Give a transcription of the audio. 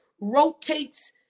rotates